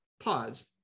Pause